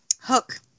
Hook